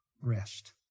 Rest